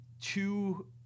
two